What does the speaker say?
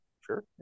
Sure